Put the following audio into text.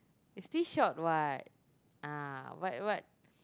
it's still short [what] ah what what